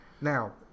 Now